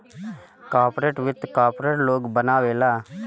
corporate वित्त corporate लोग बनावेला